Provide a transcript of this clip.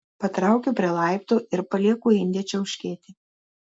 patraukiu prie laiptų ir palieku indę čiauškėti